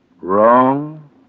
Wrong